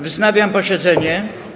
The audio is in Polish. Wznawiam posiedzenie.